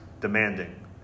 demanding